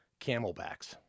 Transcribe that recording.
camelbacks